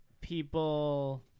people